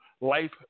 life